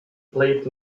played